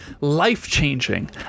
life-changing